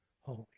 holy